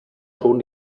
schon